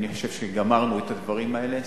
אני חושב שגמרנו את הדברים האלה,